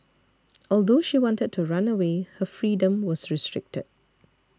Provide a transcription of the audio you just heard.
although she wanted to run away her freedom was restricted